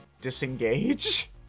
disengage